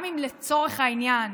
גם אם לצורך העניין